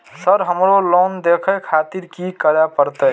Sir हमरो loan देखें खातिर की करें परतें?